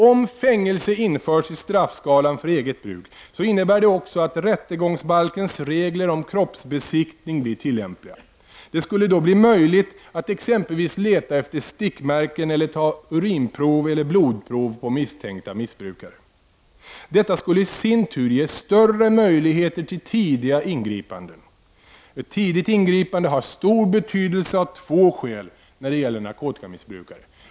Om fängelse införs i straffskalan för eget bruk innebär det också att rättegångsbalkens regler om kroppsbesiktning blir tillämpliga. Det skulle då bli möjligt att exempelvis leta efter stickmärken eller ta urinprov eller blodprov på misstänkta missbrukare. Detta skulle i sin tur ge större möjligheter till tidiga ingripanden. Ett tidigt ingripande har stor betydelse av två skäl när det gäller narkotikamissbrukare.